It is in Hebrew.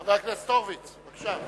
חבר הכנסת הורוביץ, בבקשה.